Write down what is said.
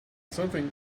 something